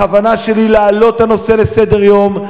בכוונתי להעלות את הנושא על סדר-היום.